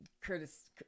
Curtis